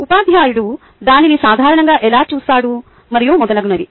ఉపాధ్యాయుడు దానిని సాధారణంగా ఎలా చూస్తాడు మరియు మొదలగునవి